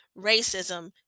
racism